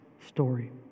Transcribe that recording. story